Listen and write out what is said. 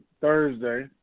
Thursday